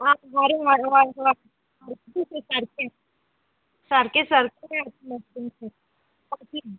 आं आरे हर हय हय सारकें सारकें सारकें सारकें सारकें